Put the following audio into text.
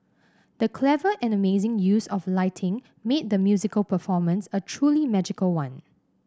the clever and amazing use of lighting made the musical performance a truly magical one